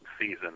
season